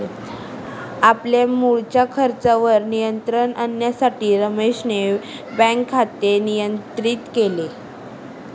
आपल्या मुळच्या खर्चावर नियंत्रण आणण्यासाठी रमेशने बँक खाते नियंत्रित केले